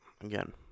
again